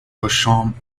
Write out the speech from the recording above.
beauchamp